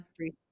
three